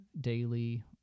daily